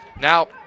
Now